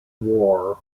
war